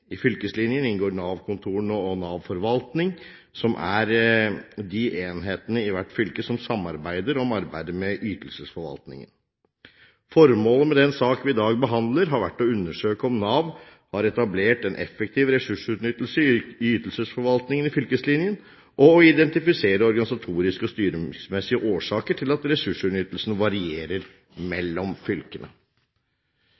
I fylkeslinjen inngår Nav-kontorene og NAV Forvaltning, som er de enhetene i hvert fylke som samarbeider om arbeidet med ytelsesforvaltningen. Formålet med den sak vi i dag behandler, har vært å undersøke om Nav har etablert en effektiv ressursutnyttelse i ytelsesforvaltningen i fylkeslinjen, og å identifisere organisatoriske og styringsmessige årsaker til at ressursutnyttelsen varierer